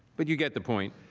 but, you get the point.